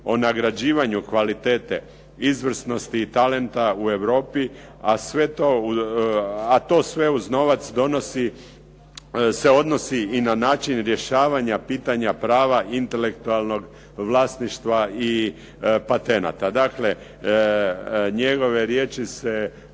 o nagrađivanju kvalitete, izvrsnosti i talenta u Europi, a to sve uz novac se odnosi i na način rješavanja pitanja prava intelektualnog vlasništva i patenata". Dakle, njegove riječi se